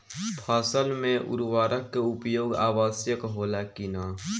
फसल में उर्वरक के उपयोग आवश्यक होला कि न?